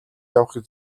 явахыг